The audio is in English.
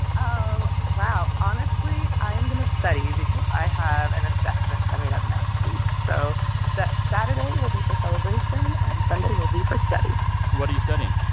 um um wow, honestly, i'm going to study because i have an assessment coming up next week. so that saturday will be for celebration, and sunday will be for study what are you studying?